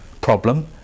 problem